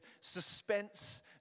suspense